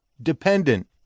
dependent